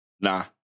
Nah